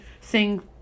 sing